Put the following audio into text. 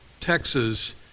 Texas